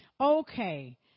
Okay